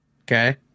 Okay